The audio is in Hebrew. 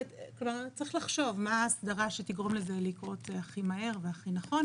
צריך לחשוב מה ההסדרה שתגרום לזה לקרות הכי מהר והכי נכון,